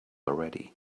already